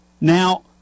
Now